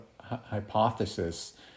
hypothesis